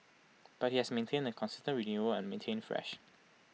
but IT has maintained A consistent renewal and remained fresh